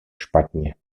špatně